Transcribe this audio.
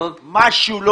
משהו לא